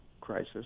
crisis